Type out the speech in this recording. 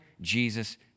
Jesus